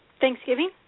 Thanksgiving